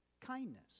kindness